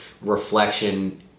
reflection